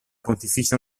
pontificia